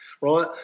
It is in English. right